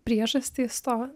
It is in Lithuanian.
priežastys to